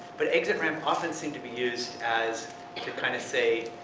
but exit ramp often seem to be used as to kind of say,